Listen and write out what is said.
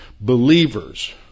believers